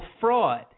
fraud